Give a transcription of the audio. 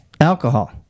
alcohol